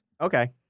Okay